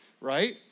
right